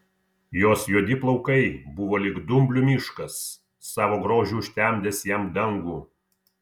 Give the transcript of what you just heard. jos juodi plaukai buvo lyg dumblių miškas savo grožiu užtemdęs jam dangų